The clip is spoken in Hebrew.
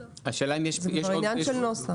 כן, עניין של נוסח.